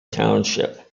township